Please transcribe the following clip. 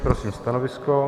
Prosím stanovisko.